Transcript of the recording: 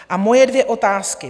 A moje dvě otázky.